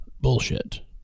bullshit